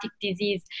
disease